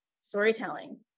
storytelling